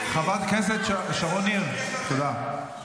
חברת הכנסת שרון ניר, תודה.